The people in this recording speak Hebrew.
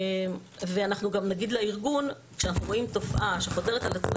ואנחנו גם נגיד לארגון כשאנחנו רואים תופעה שחוזרת על עצמה,